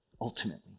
ultimately